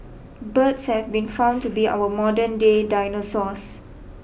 birds have been found to be our modern day dinosaurs